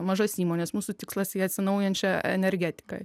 mažas įmones mūsų tikslas į atsinaujinančią energetiką